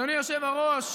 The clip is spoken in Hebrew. אדוני היושב-ראש,